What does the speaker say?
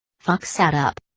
fache sat up.